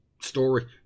story